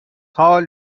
حال